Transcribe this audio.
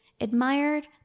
admired